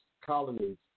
colonies